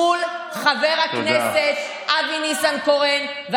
מול חבר הכנסת אבי ניסנקורן.